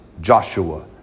Joshua